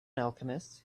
alchemist